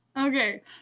Okay